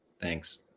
Thanks